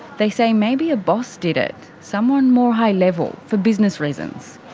they say maybe a boss did it, someone more high level for business reasons.